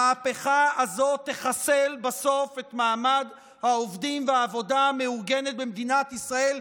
המהפכה הזו תחסל בסוף את מעמד העובדים והעבודה המאורגנת במדינת ישראל,